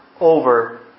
over